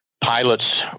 pilots